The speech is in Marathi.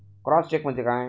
क्रॉस चेक म्हणजे काय?